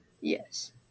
Yes